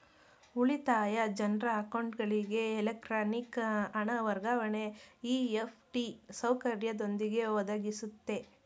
ಉಳಿತಾಯ ಜನ್ರ ಅಕೌಂಟ್ಗಳಿಗೆ ಎಲೆಕ್ಟ್ರಾನಿಕ್ ಹಣ ವರ್ಗಾವಣೆ ಇ.ಎಫ್.ಟಿ ಸೌಕರ್ಯದೊಂದಿಗೆ ಒದಗಿಸುತ್ತೆ